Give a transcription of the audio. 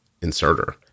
inserter